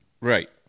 Right